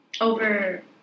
over